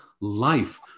life